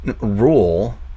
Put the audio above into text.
rule